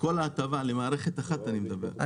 למערכת אחת אני מדבר,